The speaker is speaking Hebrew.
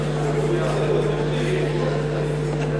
לסעיף 1 לא נתקבלה.